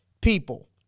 people